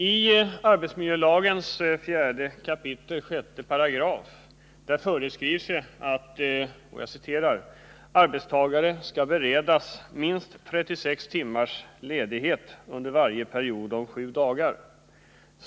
I arbetsmiljölagens 4 kap. 6 § föreskrivs att ”arbetstagare skall beredas minst trettiosex timmars ledighet under varje period om sju dagar.